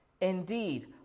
Indeed